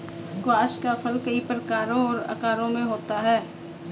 squash का फल कई प्रकारों और आकारों में होता है